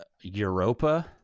europa